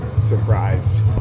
surprised